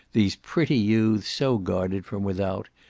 these pretty youths so guarded from without,